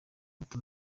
ati